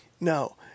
No